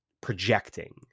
projecting